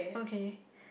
okay